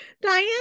diane